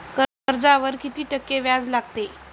कर्जावर किती टक्के व्याज लागते?